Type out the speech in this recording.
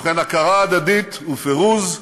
ובכן, הכרה הדדית ופירוז,